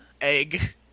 Egg